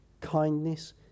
kindness